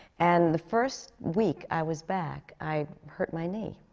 and the first week i was back, i hurt my knee.